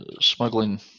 smuggling